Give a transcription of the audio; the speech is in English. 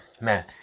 man